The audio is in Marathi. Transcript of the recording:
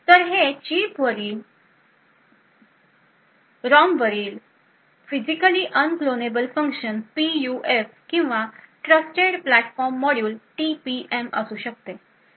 तर हे चिप रॉमवरील फिजिकली अक्लॉनेबल फंक्शन पीयूएफ किंवा ट्रस्टेड प्लॅटफॉर्म मॉड्यूल टीपीएम असू शकते